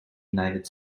united